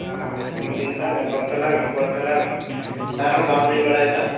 ᱟᱪᱪᱷᱟ ᱫᱤᱱ ᱞᱟᱝ ᱧᱟᱯᱟᱢ ᱛᱟᱞᱟᱝ ᱨᱚᱯᱚᱲ ᱛᱟᱞᱟᱝ ᱮᱱ ᱨᱮᱦᱚᱸ ᱵᱟᱢ ᱞᱟᱹᱭ ᱵᱟᱲᱟᱭᱮᱫᱟ